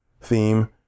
theme